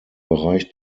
bereich